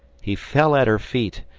he fell at her feet,